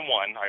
one